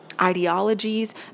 ideologies